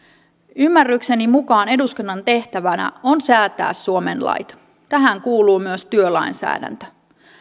ymmärrykseni mukaan eduskunnan tehtävänä on säätää suomen lait tähän kuuluu myös työlainsäädäntö